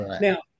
Now